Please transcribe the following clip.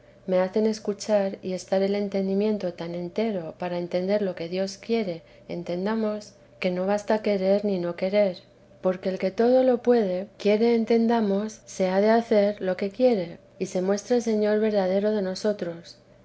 me hacen escuchar y estar el entendimiento tan entero para entender io que dios quiere entendamos que no basta querer ni no querer porque el que todo lo puede quiere entendamos se ha de hacer lo que quiere y se muestra señor verdadero de nosotros